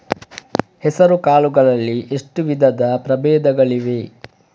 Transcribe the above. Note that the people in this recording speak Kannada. ಹೆಸರುಕಾಳು ಗಳಲ್ಲಿ ಎಷ್ಟು ವಿಧದ ಪ್ರಬೇಧಗಳಿವೆ?